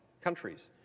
countries